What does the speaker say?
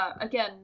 Again